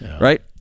right